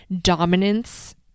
dominance